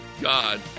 God